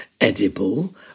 edible